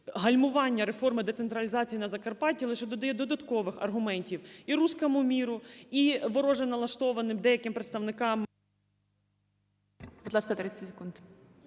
гальмування реформи децентралізації на Закарпатті, лише додає додаткових аргументів і "русскому миру", і вороже налаштованим деяким представникам…